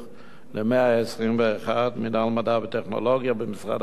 למאה ה-21, מינהל מדע וטכנולוגיה במשרד החינוך